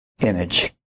image